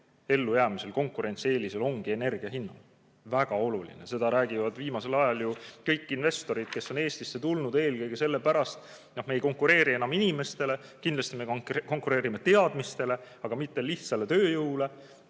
ellujäämisel ja konkurentsieelise [tekkel] ongi energia hind. See on väga oluline! Seda räägivad viimasel ajal kõik investorid, kes on Eestisse tulnud eelkõige sellepärast. Me ei konkureeri enam inimestega, kindlasti me konkureerime teadmistega, ja mitte lihtsa tööjõuga,